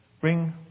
Bring